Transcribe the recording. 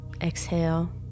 Exhale